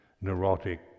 neurotic